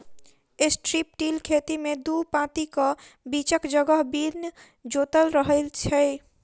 strip till खेती मे दू पाँतीक बीचक जगह बिन जोतल रहैत छै